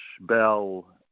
Bell